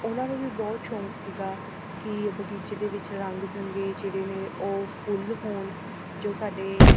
ਉਹਨਾਂ ਨੂੰ ਵੀ ਬਹੁਤ ਸ਼ੌਂਕ ਸੀਗਾ ਕਿ ਬਗੀਚੇ ਦੇ ਵਿੱਚ ਰੰਗ ਬਿਰੰਗੇ ਜਿਹੜੇ ਨੇ ਉਹ ਫੁੱਲ ਹੋਣ ਜੋ ਸਾਡੇ